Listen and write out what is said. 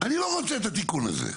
אני לא רוצה את התיקון הזה.